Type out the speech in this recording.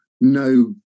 no